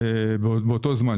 באותו זמן.